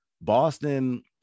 Boston